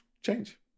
change